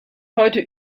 heute